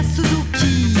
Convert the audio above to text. Suzuki